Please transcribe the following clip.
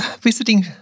Visiting